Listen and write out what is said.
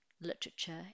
literature